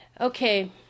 Okay